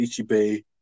Ichibei